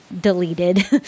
deleted